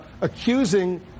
accusing